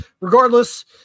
Regardless